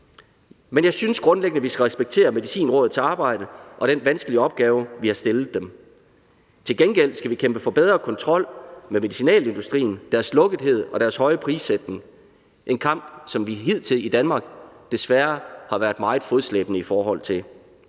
Men jeg synes grundlæggende, vi skal respektere Medicinrådets arbejde; det er en vanskelige opgave, vi har stillet dem. Til gengæld skal vi kæmpe for bedre kontrol med medicinalindustrien i forhold til deres lukkethed og deres høje prissætning – en kamp, som vi hidtil i Danmark desværre har været meget fodslæbende i forhold til,